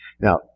Now